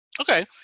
Okay